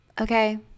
okay